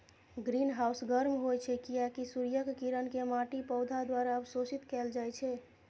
greenhouse गर्म होइ छै, कियैकि सूर्यक किरण कें माटि, पौधा द्वारा अवशोषित कैल जाइ छै